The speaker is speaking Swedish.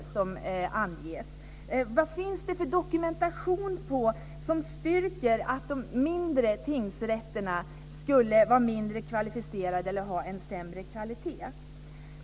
Vad finns det för dokumentation som styrker att de mindre tingsrätterna skulle vara mindre kvalificerade eller ha en sämre kvalitet?